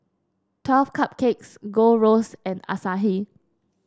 Twelve Cupcakes Gold Roast and Asahi